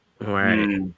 Right